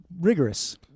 rigorous